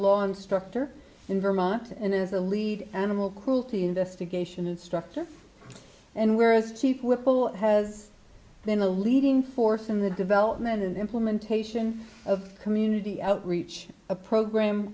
law instructor in vermont and is the lead animal cruelty investigation instructor and whereas chief whipple has been a leading force in the development and implementation of community outreach a program